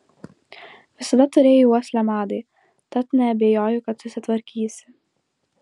visada turėjai uoslę madai tad neabejoju kad susitvarkysi